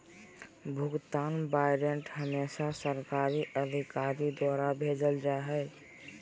भुगतान वारन्ट हमेसा सरकारी अधिकारी द्वारा भेजल जा हय